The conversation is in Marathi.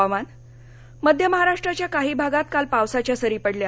हवामान मध्य महाराष्ट्राच्या काही भागात काल पावसाच्या सरी पडल्या